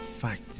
fact